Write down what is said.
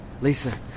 Lisa